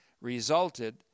resulted